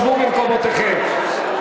שבו במקומותיכם.